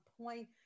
point